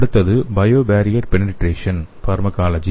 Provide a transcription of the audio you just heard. அடுத்தது bio barrier penetration nano pharmacology